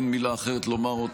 אין מילה אחרת לומר,